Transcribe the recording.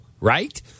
right